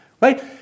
right